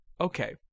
okay